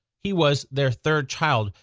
he was their third child,